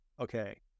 okay